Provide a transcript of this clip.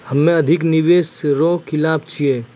हम्मे अधिक निवेश रो खिलाफ छियै